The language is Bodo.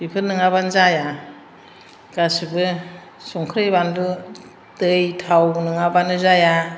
बेफोर नङाबानो जाया गासैबो संख्रि बानलु दै थाव नङाबानो जाया